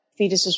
fetuses